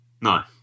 No